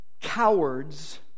cowards